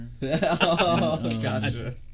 gotcha